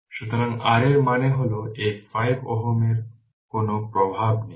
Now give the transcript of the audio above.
সুতরাং R এর মানে হল এই 5 Ω এর কোন প্রভাব নেই